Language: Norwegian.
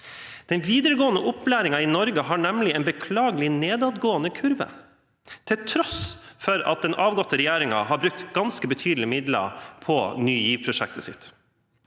Den videregående opplæringen i Norge har nemlig en beklagelig nedadgående kurve – til tross for at den avgåtte regjeringen har brukt ganske betydelige midler på sitt